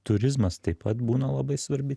turizmas taip pat būna labai svarbi